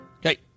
Hey